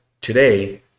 today